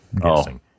guessing